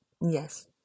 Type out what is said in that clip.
yes